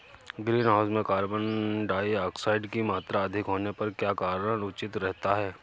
Greenhouse में carbon dioxide की मात्रा अधिक होने पर क्या करना उचित रहता है?